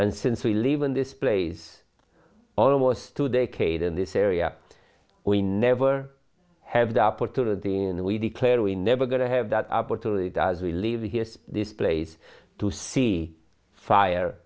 and since we live in this place almost two decades in this area we never have the opportunity and we declare we never going to have that opportunity as we live here to this place to see fire